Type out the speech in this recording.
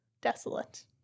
desolate